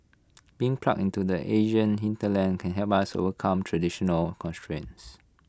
being plugged into the Asian hinterland can help us overcome traditional constraints